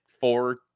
four